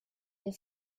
der